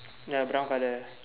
ya brown colour